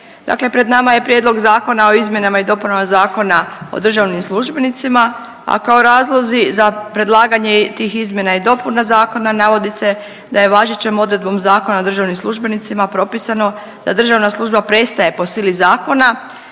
dakle pred nama je Prijedlog Zakona o izmjenama i dopunama Zakona o državnim službenicima, a kao razlozi za predlaganje tih izmjena i dopuna zakona navodi se da je važećom odredbom Zakona o državnim službenicima da državna služba prestaje po sili zakona